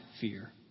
fear